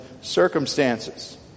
circumstances